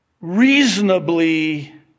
reasonably